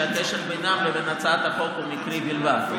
שהקשר בינם לבין הצעת החוק הוא מקרי בלבד.